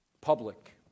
public